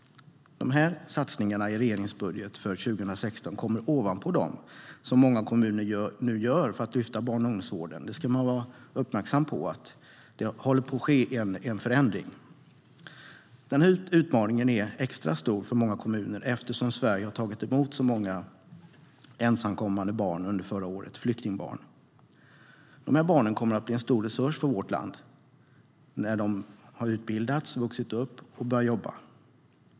De här satsningarna i regeringens budget för 2016 kommer ovanpå dem som många kommuner nu gör för att lyfta barn och ungdomsvården. Man ska vara uppmärksam på att det sker en förändring. Den här utmaningen är extra stor för många kommuner, eftersom Sverige tog emot så många ensamkommande flyktingbarn under förra året. De här barnen kommer att bli en stor resurs för vårt land när de har utbildat sig, vuxit upp och börjat jobba.